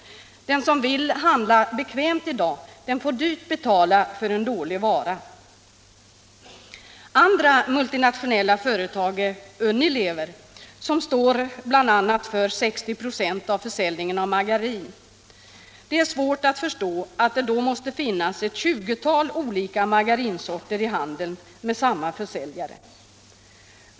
Den som vill handla bekvämt, får betala dyrt för en dålig vara. Unilever är ett annat multinationellt företag som bl.a. står för 60 96 av försäljningen av margarin. Det är svårt att förstå att det måste finnas ett 20-tal olika margarinsorter i handeln med samma försäljare.